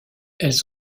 elles